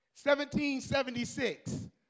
1776